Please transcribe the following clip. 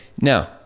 Now